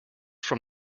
from